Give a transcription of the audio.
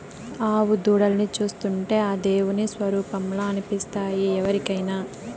ఆవు దూడల్ని చూస్తుంటే ఆ దేవుని స్వరుపంలా అనిపిస్తాయి ఎవరికైనా